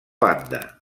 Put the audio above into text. banda